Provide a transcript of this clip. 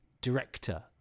director